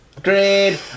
Great